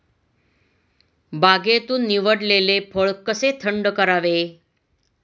बागेतून निवडलेले फळ कसे थंड करावे?